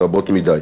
רבות מדי.